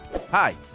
hi